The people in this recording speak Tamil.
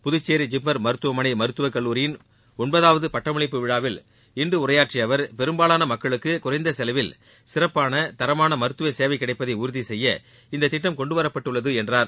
புதுச்சேரி ஜிப்மர் மருத்துவமனை மருத்துவக் கல்லூரியின் ஒன்பதாவது பட்டமளிப்பு விழாவில் இன்று உரையாற்றிய அவர் பெரும்பாலான மக்களுக்கு குறைந்த செலவில் சிறப்பான தரமான மருத்துவ சேலவ கிடைப்பதை உறுதி செய்ய இந்த திட்டம் கொண்டுவரப்பட்டுள்ளது என்றார்